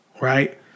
Right